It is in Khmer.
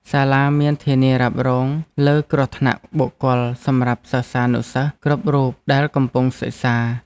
សាលាមានធានារ៉ាប់រងលើគ្រោះថ្នាក់បុគ្គលសម្រាប់សិស្សានុសិស្សគ្រប់រូបដែលកំពុងសិក្សា។